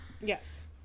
Yes